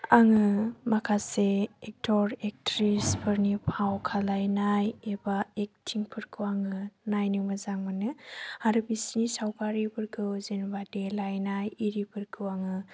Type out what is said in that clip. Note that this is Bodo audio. आङो माखासे एक्टर एक्ट्रिसफोरनि फाव खालायनाय एबा एक्टिंफोरखौ आङो नायनो मोजां मोनो आरो बिसोरनि सावगारिफोरखौ जेनबा देलायनाय आरिफोरखौ आङो